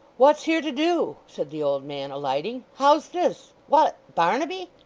what's here to do said the old man, alighting. how's this what barnaby